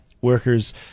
workers